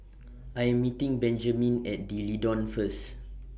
I Am meeting Benjamen At D'Leedon First